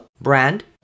brand